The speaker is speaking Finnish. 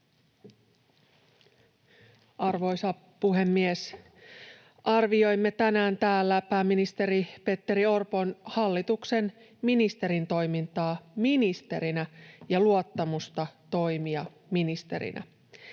Arvoisa puhemies! Arvioimme tänään täällä pääministeri Petteri Orpon hallituksen ministerin toimintaa ministerinä ja luottamusta toimia ministerinä.